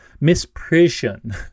misprision